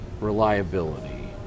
reliability